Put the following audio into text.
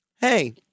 hey